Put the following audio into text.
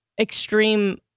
extreme